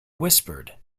whispered